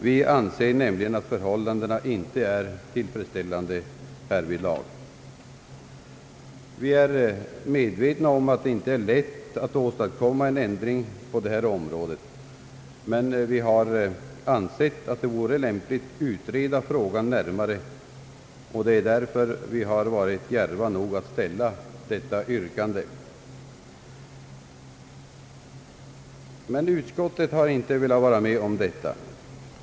Vi anser nämligen att förhållandena härvidlag inte är tillfredsställande. Vi är medvetna om att det inte är lätt att åstadkomma en ändring på detta område, men vi har funnit det vara lämpligt att närmare utreda frågan. Därför har vi varit djärva nog att ställa detta yrkande. Utskottet har dock inte velat vara med om detta.